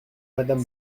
madame